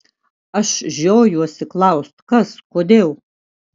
aš žiojuosi klaust kas kodėl